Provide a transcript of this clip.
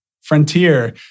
frontier